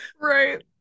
right